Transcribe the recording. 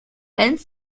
and